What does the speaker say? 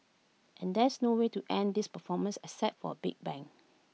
and there's no way to end this performance except for A big bang